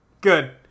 Good